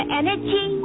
energy